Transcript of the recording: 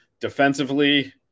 defensively